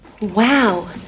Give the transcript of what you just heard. Wow